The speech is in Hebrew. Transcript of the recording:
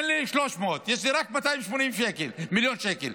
אין לי 300, יש לי רק 280 מיליון שקל.